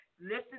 Listen